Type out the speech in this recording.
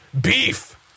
beef